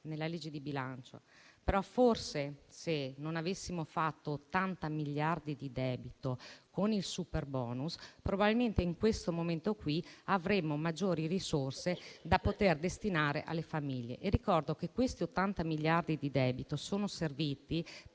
nella legge di bilancio. Forse, se non avessimo fatto 80 miliardi di debito con il superbonus, probabilmente in questo momento avremmo maggiori risorse da poter destinare alle famiglie. Ricordo che quegli 80 miliardi di debito sono serviti per